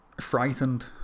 frightened